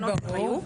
זה ברור.